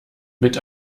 mit